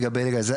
לגבי הלגליזציה,